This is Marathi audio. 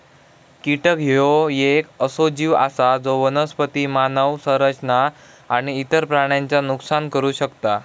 कीटक ह्यो येक असो जीव आसा जो वनस्पती, मानव संरचना आणि इतर प्राण्यांचा नुकसान करू शकता